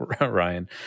Ryan